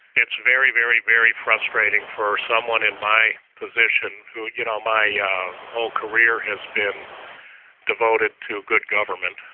it's very, very, very frustrating for someone in my position who, you know, my yeah whole career has been devoted to good government.